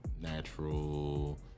natural